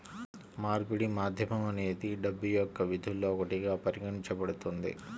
మార్పిడి మాధ్యమం అనేది డబ్బు యొక్క విధుల్లో ఒకటిగా పరిగణించబడుతుంది